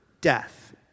death